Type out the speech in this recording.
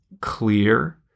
clear